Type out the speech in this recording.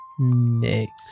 Next